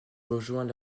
rejoint